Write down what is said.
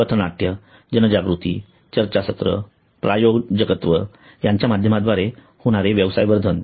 पथनाट्य जनजागृती चर्चासत्र प्रायोजकत्व यांच्या माध्यमाद्वारे होणारे व्यवसाय वर्धन